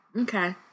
Okay